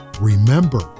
remember